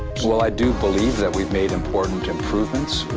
well, i do believe that we've made important improvements.